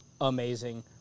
amazing